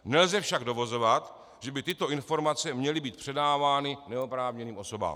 Nelze však dovozovat, že by tyto informace měly být předávány neoprávněným osobám.